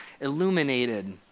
illuminated